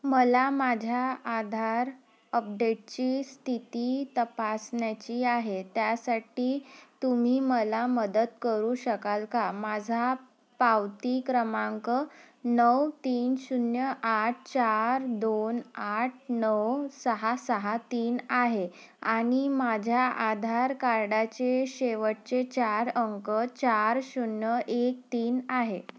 मला माझ्या आधार अपडेटची स्थिती तपासण्याची आहे त्यासाठी तुम्ही मला मदत करू शकाल का माझा पावती क्रमांक नऊ तीन शून्य आठ चार दोन आठ नऊ सहा सहा तीन आहे आणि माझ्या आधार कार्डाचे शेवटचे चार अंक चार शून्य एक तीन आहे